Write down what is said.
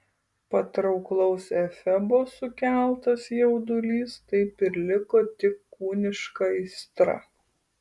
patrauklaus efebo sukeltas jaudulys taip ir liko tik kūniška aistra